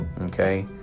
Okay